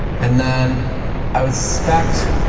and then i would suspect